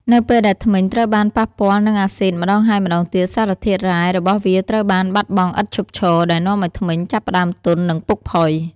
នៅពេលដែលធ្មេញត្រូវបានប៉ះពាល់នឹងអាស៊ីតម្តងហើយម្តងទៀត សារធាតុរ៉ែរបស់វាត្រូវបានបាត់បង់ឥតឈប់ឈរ ដែលនាំឱ្យធ្មេញចាប់ផ្តើមទន់ និងពុកផុយ។